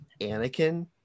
Anakin